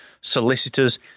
solicitors